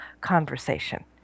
conversation